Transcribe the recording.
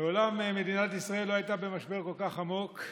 מעולם מדינת ישראל לא הייתה במשבר כל כך עמוק.